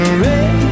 red